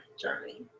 journey